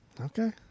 Okay